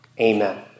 Amen